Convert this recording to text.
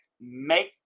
make